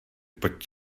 pojď